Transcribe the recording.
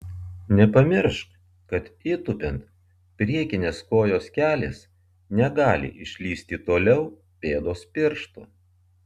nepamiršk kad įtūpiant priekinės kojos kelis negali išlįsti toliau pėdos pirštų